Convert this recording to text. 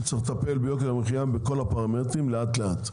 צריך לטפל ביוקר המחיה בכל הפרמטרים לאט לאט,